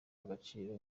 agaciro